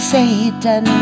Satan